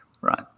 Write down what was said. Right